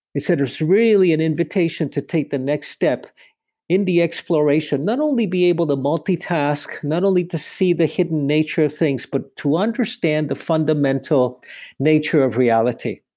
instead, it's really an invitation to take the next step in the exploration. not only be able to multitask, not only to see the hidden nature of things, but to understand the fundamental nature of reality.